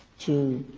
to